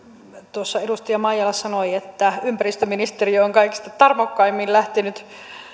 tuossa edustaja maijala sanoi että ympäristöministeriö on kaikista tarmokkaimmin lähtenyt